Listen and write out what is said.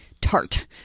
tart